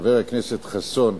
חבר הכנסת חסון,